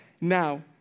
Now